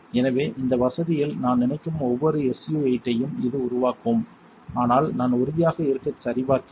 எனவே இந்த வசதியில் நான் நினைக்கும் ஒவ்வொரு SU 8 ஐயும் இது உருவாக்கும் ஆனால் நான் உறுதியாக இருக்கச் சரிபார்க்கிறேன்